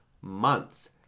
months